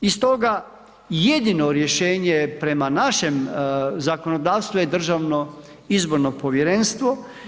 I stoga jedino rješenje prema našem zakonodavstvu je Državno izborno povjerenstvo.